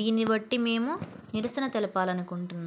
దీన్ని బట్టి మేము నిరసన తెలపాలనుకుంటున్నాం